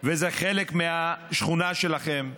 וזה חלק מהשכונה שלכם,